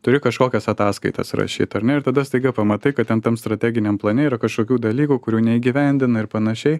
turi kažkokias ataskaitas rašyti ar ne ir tada staiga pamatai kad ten tam strateginiam plane yra kažkokių dalykų kurių neįgyvendino ir panašiai